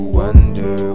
wonder